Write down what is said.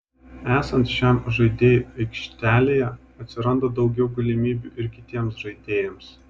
esant šiam žaidėjui aikštelėje atsiranda daugiau galimybių ir kitiems žaidėjams